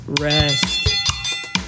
rest